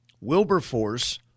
Wilberforce